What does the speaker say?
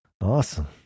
Awesome